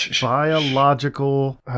biological